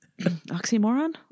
Oxymoron